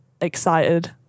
excited